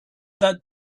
that